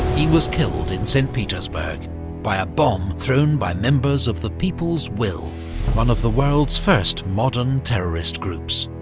he was killed in st petersburg by a bomb thrown by members of the people's will one of the world's first modern terrorist groups.